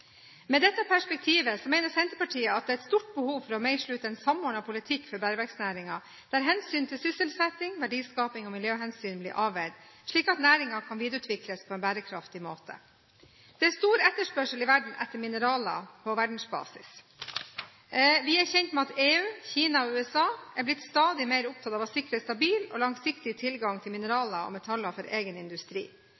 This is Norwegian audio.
Med dette perspektivet mener Senterpartiet det er stort behov for å meisle ut en samordnet politikk for bergverksnæringen, der hensyn til sysselsetting, verdiskaping og miljøhensyn blir avveid, slik at næringen kan videreutvikles på en bærekraftig måte. Det er stor etterspørsel etter mineraler på verdensbasis. Vi er kjent med at EU, Kina og USA er blitt stadig mer opptatt av å sikre stabil og langsiktig tilgang til